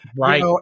Right